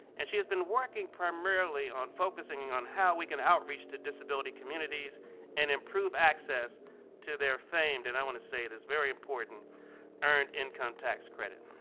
and she has been working primarily on focusing on how we can outreach to disability communities and improve access to their famed and i want to say it is very important earned income tax credit.